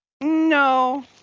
No